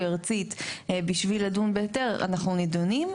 ארצית בשביל לדון בהיתר אנחנו נידונים,